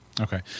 Okay